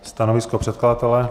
Stanovisko předkladatele?